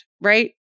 right